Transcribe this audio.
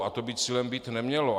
A to by cílem být nemělo.